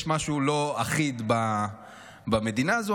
יש משהו לא אחיד במדינה הזו,